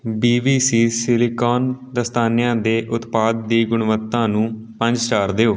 B V C silicon ਦਸਤਾਨਿਆਂ ਦੇ ਉਤਪਾਦ ਦੀ ਗੁਣਵੱਤਾ ਨੂੰ ਪੰਜ ਸਟਾਰ ਦਿਓ